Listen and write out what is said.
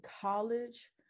college